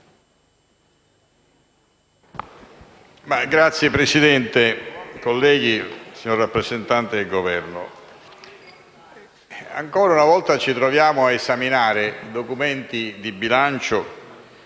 Signor Presidente, colleghi, signor rappresentante del Governo, ancora una volta ci troviamo a esaminare documenti di bilancio